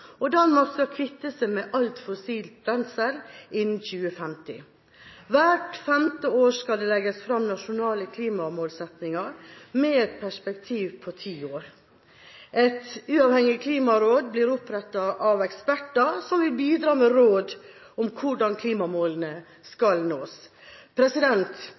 og Danmark skal kvitte seg med alt fossilt brensel innen 2050. Hvert femte år skal det legges fram nasjonale klimamålsettinger med et perspektiv på ti år. Et uavhengig klimaråd blir opprettet med eksperter, som vil bidra med råd om hvordan klimamålene skal nås.